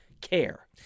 care